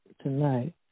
tonight